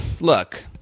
look